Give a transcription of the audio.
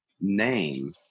name